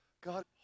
God